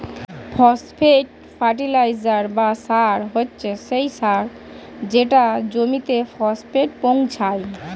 phosphate fertiliser বা সার হচ্ছে সেই সার যেটা জমিতে ফসফেট পৌঁছায়